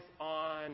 on